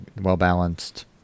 well-balanced